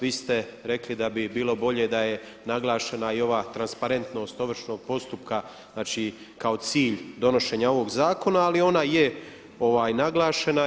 Vi ste rekli da bi bilo bolje da je naglašena i ova transparentnost ovršnog postupka znači kao cilj donošenja ovog zakona, ali ona je naglašena.